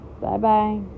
Bye-bye